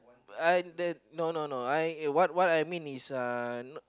uh no no no I what what I mean is uh